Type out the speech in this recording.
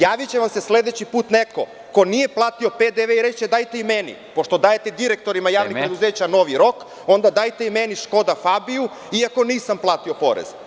Javiće vam se sledeći put neko ko nije platio PDV i reći će – dajte i meni, pošto dajete direktorima javnih preduzeća novi rok, onda dajte i meni Škoda Fabiu, iako nisam plati porez.